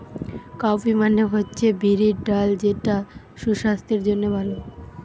cowpea মানে হচ্ছে বিরির ডাল যেটা সুসাস্থের জন্যে ভালো